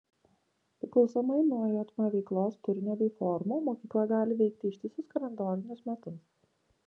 priklausomai nuo jm veiklos turinio bei formų mokykla gali veikti ištisus kalendorinius metus